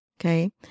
Okay